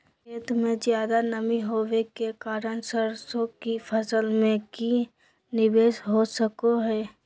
खेत में ज्यादा नमी होबे के कारण सरसों की फसल में की निवेस हो सको हय?